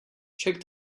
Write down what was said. check